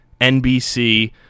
NBC